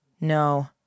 No